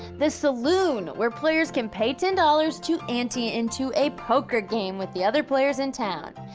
the saloon, where players can pay ten dollars to ante into a poker game with the other players in town.